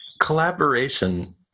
collaboration